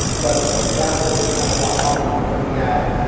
but that was the kind of a-ha um moment that we had,